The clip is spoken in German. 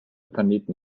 planeten